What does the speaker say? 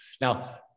Now